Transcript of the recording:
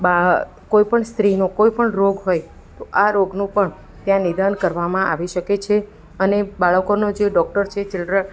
બા કોઈ પણ સ્ત્રીનો કોઈ પણ રોગ હોય તો આ રોગનું પણ ત્યાં નિદાન કરવામાં આવી શકે છે અને બાળકોનો જે ડૉક્ટર છે ચિલ્ડ્ર